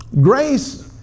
grace